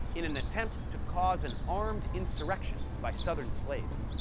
in an attempt to cause an armed insurrection by southern slaves.